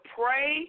pray